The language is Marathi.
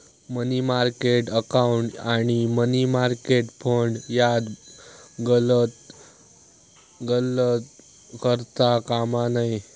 मनी मार्केट अकाउंट आणि मनी मार्केट फंड यात गल्लत करता कामा नये